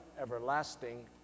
everlasting